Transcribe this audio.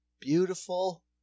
beautiful